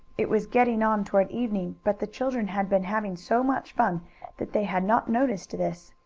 it was getting on toward evening, but the children had been having so much fun that they had not noticed this.